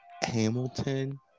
Hamilton